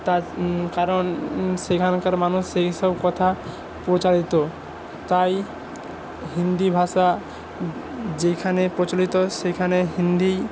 তার কারণ সেখানকার মানুষ সেই সব কথা প্রচারিত তাই হিন্দি ভাষা যেইখানে প্রচলিত সেইখানে হিন্দি